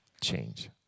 change